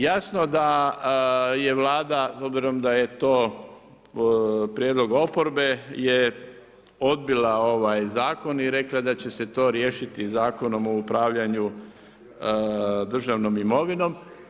Jasno da je Vlada obzirom da je to prijedlog oporbe, je odbila ovaj zakon i rekla da će se to riješiti Zakonom o upravljanju državnom imovinom.